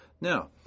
Now